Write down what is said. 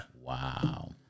Wow